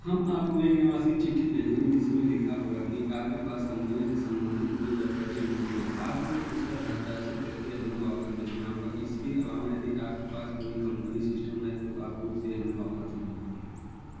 हम आपको एक निकासी चिट्ठी भेजेंगे जिसमें लिखा होगा कि आपके पास कम्पनी से संबंधित कोई दस्तावेज़ नहीं है आपको उस पर हस्ताक्षर करके हमें वापस भेजना होगा इसके अलावा यदि आपके पास कोई कम्पनी सिस्टम है तो आपको उसे हमें वापस देना होगा